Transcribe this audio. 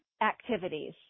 activities